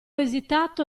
esitato